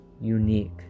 unique